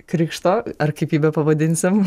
krikšto ar kaip jį bepavadinsim